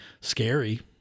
scary